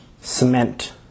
Cement